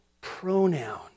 pronoun